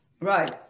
Right